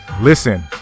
listen